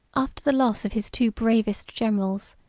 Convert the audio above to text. after the loss of his two bravest generals,